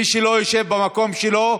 מי שלא ישב במקום שלו,